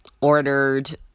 ordered